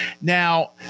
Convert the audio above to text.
Now